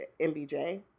MBJ